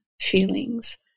feelings